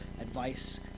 advice